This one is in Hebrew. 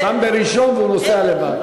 שם בראשון והוא נוסע לבד.